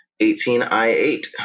18i8